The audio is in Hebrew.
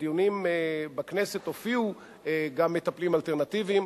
בדיונים בכנסת הופיעו גם מטפלים אלטרנטיביים.